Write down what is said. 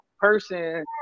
person